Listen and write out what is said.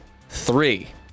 three